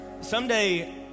someday